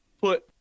put